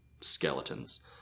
skeletons